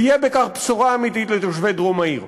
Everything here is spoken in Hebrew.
תהיה בכך בשורה אמיתית לתושבי דרום העיר.